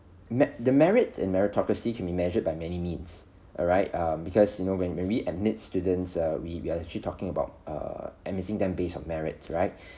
met~ the merit in meritocracy can be measured by many means alright um because you know when when we admit students uh we we are actually talking about err admitting them based on merits right